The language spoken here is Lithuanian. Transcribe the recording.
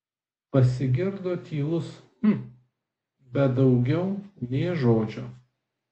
pasigirdo tylus hm bet daugiau nė žodžio